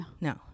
No